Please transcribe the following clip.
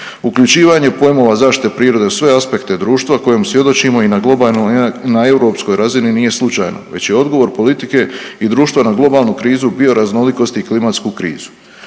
Uključivanje pojmova zaštite prirode u sve aspekte društva kojim svjedočimo i na globalnom i na europskoj razini nije slučajno već je odgovor politike i društva na globalnu krizu, bioraznolikosti i klimatsku krizu.